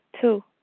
Two